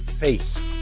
Peace